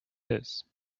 his